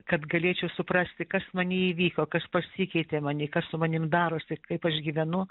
kad galėčiau suprasti kas many įvyko kas pasikeitė many kas su manim darosi kaip aš gyvenu